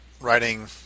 writing